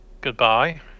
Goodbye